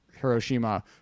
Hiroshima